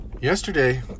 yesterday